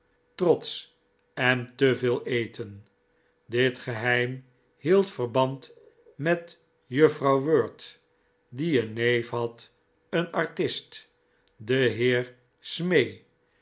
trots en te veel eten dit geheim hield verband met juffrouw wirt die een neef had een artist de heer smee